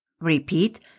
Repeat